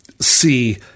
see